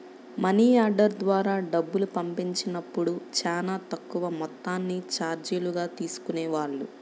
money order ద్వారా డబ్బులు పంపించినప్పుడు చానా తక్కువ మొత్తాన్ని చార్జీలుగా తీసుకునేవాళ్ళు